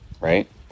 right